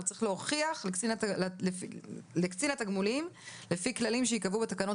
הוא צריך להוכיח לקצין התגמולים לפי כללים שייקבעו בתקנות,